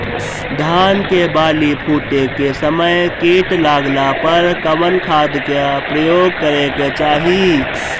धान के बाली फूटे के समय कीट लागला पर कउन खाद क प्रयोग करे के चाही?